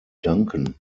danken